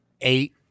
Eight